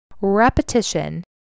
Repetition